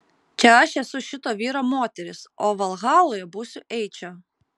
čia aš esu šito vyro moteris o valhaloje būsiu eičio